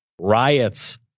riots